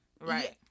right